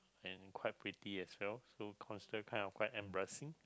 and quite pretty as well so quite embarrassing